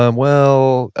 um well,